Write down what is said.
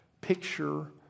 picture